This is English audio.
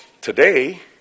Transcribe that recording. Today